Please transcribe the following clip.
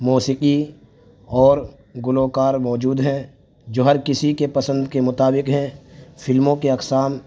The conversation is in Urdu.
موسیقی اور گلوکار موجود ہیں جو ہر کسی کے پسند کے مطابق ہیں فلموں کے اقسام